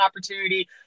opportunity